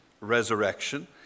resurrection